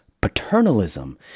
paternalism